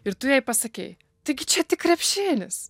ir tu jai pasakei tai gi čia tik krepšinis